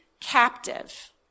captive